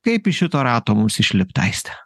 kaip iš šito rato mum išlipt aiste